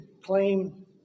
claim